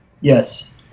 Yes